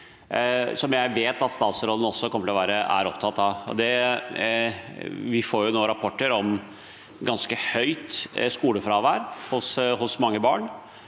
jeg vet at statsråden er opptatt av. Vi får nå rapporter om ganske høyt skolefravær hos mange barn,